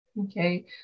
okay